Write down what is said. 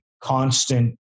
constant